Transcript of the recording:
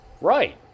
Right